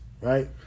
right